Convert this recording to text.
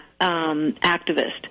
activist